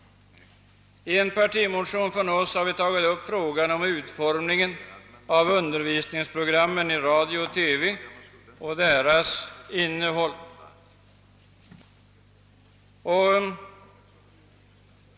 I en partimotion har vi tagit upp frågan om utformningen av undervisningsprogrammen i radio och TV och deras innehåll.